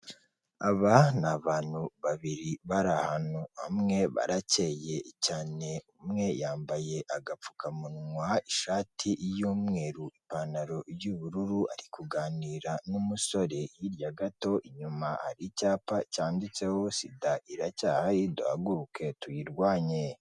Aba ni abantu babiri bari ahantu hamwe, barakeye cyane, umwe yambaye agapfukamunwa, ishati y'umweru, ipantaro y'ubururu, ari kuganira n'umusore, hirya gato inyuma hari icyapa cyanditseho: SIDA iracyahari duhaguruke tuyirwanye.